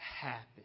happen